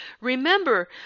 Remember